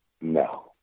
No